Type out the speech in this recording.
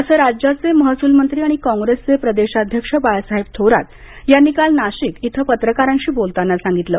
असं राज्याचे महसूलमंत्री आणि काँग्रेसचे प्रदेशाध्यक्ष बाळासाहेब थोरात यांनी काल नाशिक इथं पत्रकारांशी बोलताना सांगितलं